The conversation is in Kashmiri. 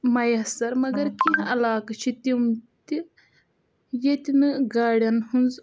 میَسر مگر کیٚنٛہہ علاقہٕ چھِ تِم تہِ ییٚتہِ نہٕ گاڑیٚن ہنٛز